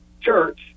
church